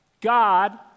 God